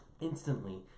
Instantly